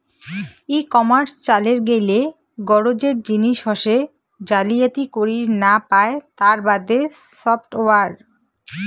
ই commerce চালের গেইলে গরোজের জিনিস হসে জালিয়াতি করির না পায় তার বাদে সফটওয়্যার